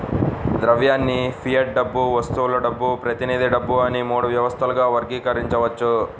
ద్రవ్యాన్ని ఫియట్ డబ్బు, వస్తువుల డబ్బు, ప్రతినిధి డబ్బు అని మూడు వ్యవస్థలుగా వర్గీకరించవచ్చు